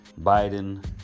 Biden